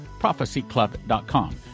prophecyclub.com